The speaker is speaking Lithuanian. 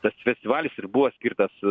tas festivalis ir buvo skirtas